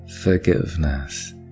forgiveness